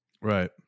Right